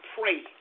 pray